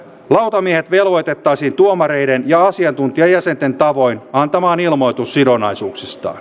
lautamiehet velvoitettaisiin tuomareiden ja asiantuntijajäsenten tavoin antamaan ilmoitus sidonnaisuuksistaan